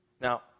Now